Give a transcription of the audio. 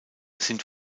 sind